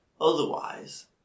Otherwise